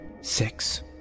six